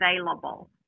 available